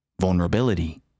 Vulnerability